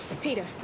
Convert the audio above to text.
Peter